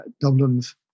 Dublin's